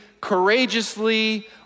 courageously